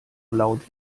laut